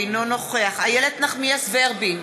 אינו נוכח איילת נחמיאס ורבין,